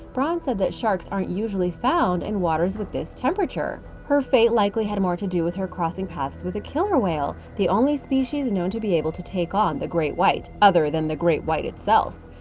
braun said that sharks aren't usually found in waters with this temperature. her fate likely had more to do with her crossing paths with a killer whale the only species known to be able to take on the great white, other than the great white itself.